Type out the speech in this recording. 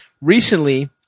recently